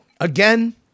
again